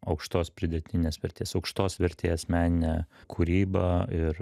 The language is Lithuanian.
aukštos pridėtinės vertės aukštos vertės meninę kūrybą ir